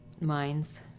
minds